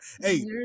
Hey